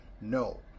No